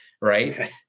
right